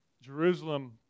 Jerusalem